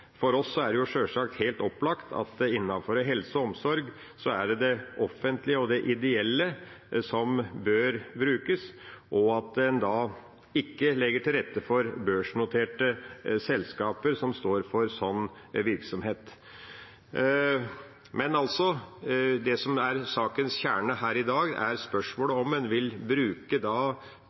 For oss er det sjølsagt helt opplagt at innen helse og omsorg er det det offentlige og det ideelle som bør brukes, og at man ikke legger til rette for at det er børsnoterte selskaper som skal stå for sånn virksomhet. Men sakens kjerne her i dag er spørsmålet om man vil bruke